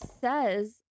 says